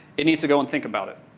it needs to go and think about it.